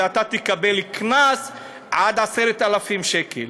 ואתה תקבל קנס עד 10,000 שקל.